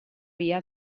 via